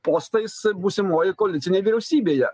postais būsimoj koalicinėj vyriausybėje